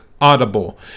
Audible